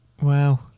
Wow